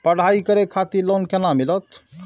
पढ़ाई करे खातिर लोन केना मिलत?